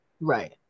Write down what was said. Right